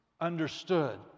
understood